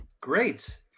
Great